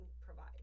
provide